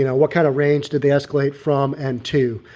you know what kind of range did they escalate from and to,